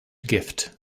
gift